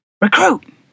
Recruit